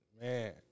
Man